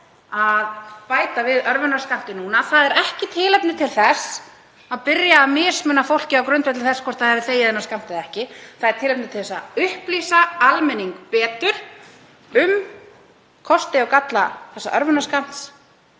að bæta við örvunarskammti núna er ekki tilefni til þess að byrja að mismuna fólki á grundvelli þess hvort það hafi þegið þennan skammt eða ekki. Það er tilefni til að upplýsa almenning betur um kosti og galla þessa örvunarskammts.